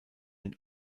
den